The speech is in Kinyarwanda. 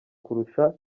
kurusha